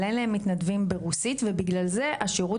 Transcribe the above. אבל אין להן מתנדבים ברוסית ובגלל זה השירות